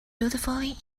beautifully